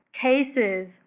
cases